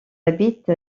habite